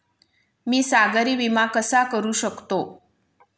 मी सागरी विमा कसा करू शकतो?